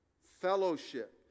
fellowship